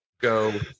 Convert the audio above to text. go